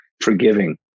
forgiving